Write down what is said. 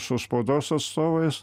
su spaudos atstovais